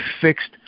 fixed